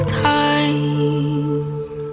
time